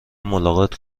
ملاقات